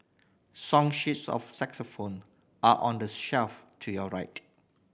song sheets of xylophone are on the shelf to your right